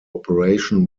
operation